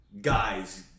guys